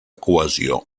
cohesió